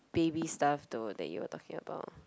baby stuff though that you were talking about